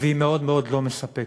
והיא מאוד מאוד לא מספקת.